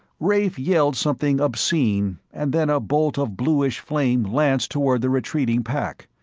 rafe yelled something obscene and then a bolt of bluish flame lanced toward the retreating pack.